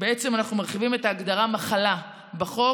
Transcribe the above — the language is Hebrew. ובעצם אנחנו מרחיבים את ההגדרה של מחלה בחוק,